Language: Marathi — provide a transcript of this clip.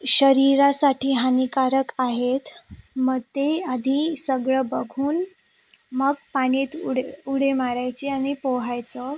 शरीरासाठी हानिकारक आहेत मग ते आधी सगळं बघून मग पाण्यात उड उडी मारायची आणि पोहायचं